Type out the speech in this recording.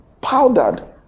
powdered